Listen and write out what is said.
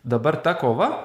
dabar ta kova